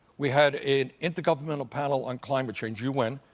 we had an intergovernmental panel on climate change, you win,